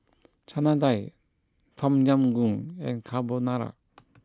Chana Dal Tom Yam Goong and Carbonara